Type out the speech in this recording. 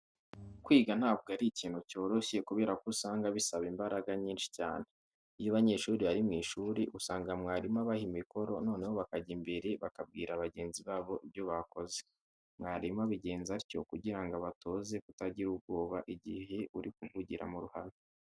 Kwiga ntabwo ari ikintu cyoroshye kubera ko usanga bisaba imbaraga nyinshi cyane. Iyo abanyeshuri bari mu ishuri usanga mwarimu abaha imikoro noneho bakajya imbere bakabwira bagenzi babo ibyo bakoze. Mwarimu abigenza atyo kugira ngo abatoze kutagira ubwoba igihe uri kuvugira mu ruhame.